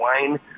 wine